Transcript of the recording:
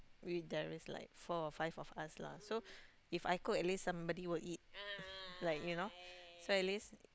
if there is like four or five of us lah so If I cook at least somebody will eat like you know so at least